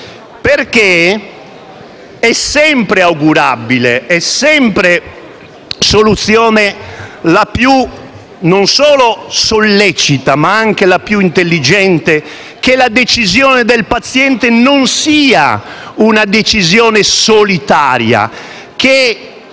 per me? È sempre augurabile, è sempre soluzione non solo la più sollecita, ma anche la più intelligente che la decisione del paziente non sia una decisione solitaria, che